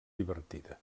divertida